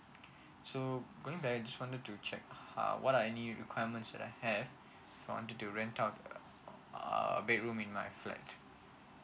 so going back I just wanted to check uh what uh any requirements that I have if I wanted to rent out uh a bedroom in my flat